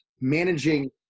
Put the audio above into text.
managing